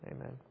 Amen